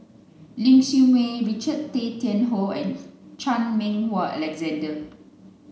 Ling Siew May Richard Tay Tian Hoe and Chan Meng Wah Alexander